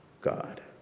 God